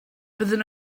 byddwn